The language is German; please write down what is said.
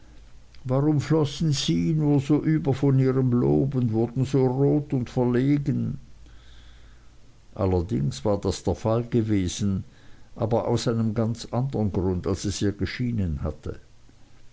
warum flossen sie nur so über von ihrem lob und wurden so rot und verlegen allerdings war das der fall gewesen aber aus einem ganz andern grund als es ihr geschienen hatte